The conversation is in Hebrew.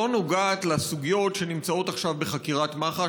לא נוגעת לסוגיות שנמצאות עכשיו בחקירת מח"ש,